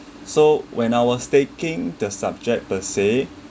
so when I was taking the subject per se